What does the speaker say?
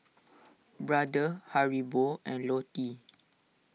Brother Haribo and Lotte